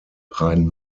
rhein